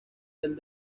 del